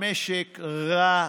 המשק רע,